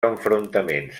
enfrontaments